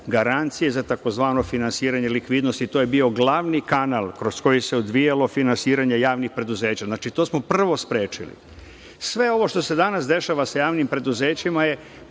garancije za takozvano finansiranje likvidnosti. To je bio glavni kanal kroz koji se odvijalo finansiranje javnih preduzeća. Znači, to smo prvo sprečili. Sve ovo što se danas dešava sa javnim preduzećima je